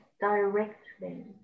directly